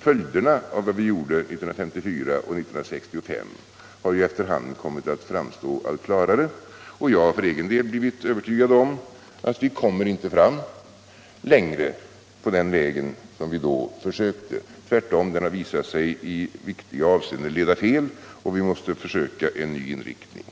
Följderna av vad vi gjorde 1954 och 1965 har ju efter hand kommit att framstå allt klarare, och jag har för egen del blivit övertygad om att vi kommer inte fram längre på den väg som vi då försökte. Tvärtom, den har visat sig i viktiga avseenden leda fel, och vi måste försöka en ny inriktning.